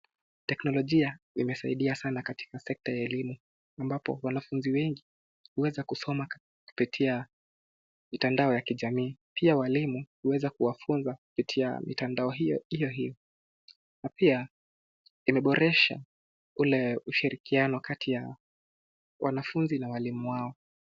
Teknolojia imesaidia sana katika sekta ya elimu. Ambapo wanafunzi wengi huweza kusoma kupitia mitandao ya kijamii. Pia walimu huweza kuwafunza kupitia mitandao hio hio na pia imeboresha ule ushirikiano kati ya wanafunzi na walimu wao.